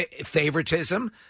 favoritism